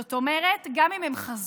זאת אומרת, גם אם הם חזרו,